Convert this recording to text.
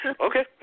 Okay